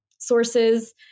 sources